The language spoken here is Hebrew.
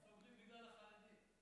הם סובלים בגלל החרדים.